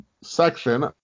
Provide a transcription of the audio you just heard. section